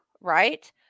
right